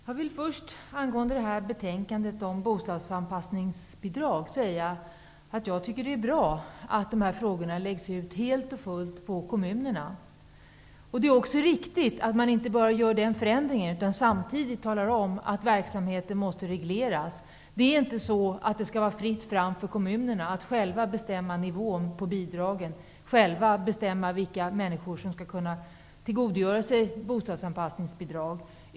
Fru talman! Angående det här betänkandet om bostadsanpassningsbidrag vill jag först säga att jag tycker att det är bra att de frågorna helt läggs ut på kommunerna. Det är också riktigt att man inte bara gör den förändringen, utan samtidigt talar om att verksamheten måste regleras. Det skall inte vara fritt fram för kommunerna att själva bestämma nivån på bidragen och vilka människor som skall kunna tillgodogöra sig bostadsanpassningsbidrag.